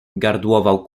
gardłował